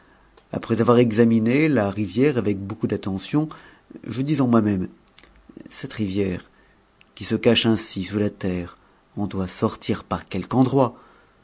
après avoir examiné la rivière avec beaucoup d'attention je dis en moi-même cet rivière qui se cache ainsi sous la terre en doit sortir par quelque endroit